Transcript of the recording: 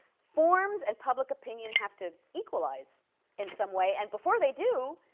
forms and public opinion have to equalize in some way, and before they do,